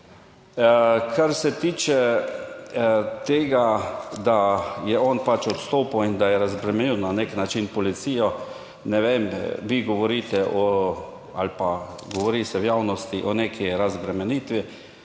(nadaljevanje) da je on pač odstopil in da je razbremenil na nek način policijo. Ne vem, vi govorite o, ali pa govori se v javnosti o neki razbremenitvi.